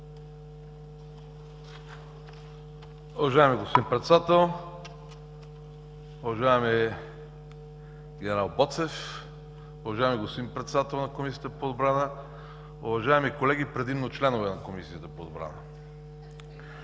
Уважаеми господин Председател, уважаеми ген. Боцев, уважаеми господин Председател на Комисията по отбрана, уважаеми колеги, предимно членове на Комисията по отбрана!